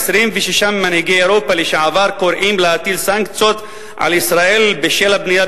26 ממנהיגי אירופה לשעבר קוראים להטיל סנקציות על ישראל בשל הבנייה